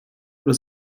oder